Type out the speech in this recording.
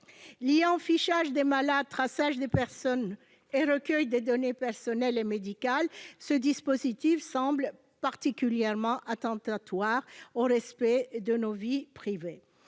Liant fichage des malades, traçage des personnes et recueil des données personnelles et médicales, ce dispositif paraît particulièrement attentatoire au respect de nos vies privées.